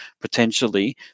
potentially